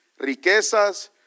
riquezas